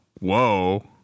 Whoa